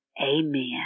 Amen